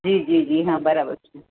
જી જી જી હા બરાબર છે